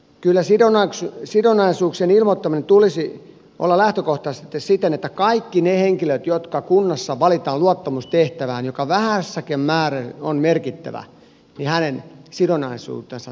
kyllä sidonnaisuuksien ilmoittamisen tulisi olla lähtökohtaisesti siten että kaikkien niiden henkilöiden jotka kunnassa valitaan luottamustehtävään joka vähässäkin määrin on merkittävä sidonnaisuudet tulisi julkaista